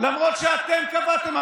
למרות שאתם קבעתם,